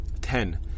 Ten